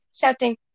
shouting